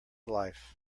life